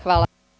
Hvala.